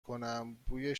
کنم، بوی